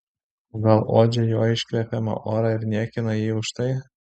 o gal uodžia jo iškvepiamą orą ir niekina jį už tai